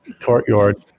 courtyard